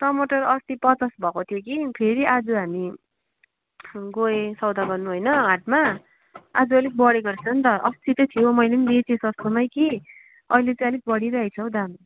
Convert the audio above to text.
टमाटर अस्ति पचास भएको थियो कि फेरि आज हामी गएँ सौदा गर्नु होइन हाटमा आज अलिक बढेको रहेछ नि त अस्ति चाहिँ थियो मैले पनि बेचेँ सस्तोमै कि अहिले चाहिँ अलिक बढिरहेको छ हौ दाम